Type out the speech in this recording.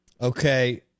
Okay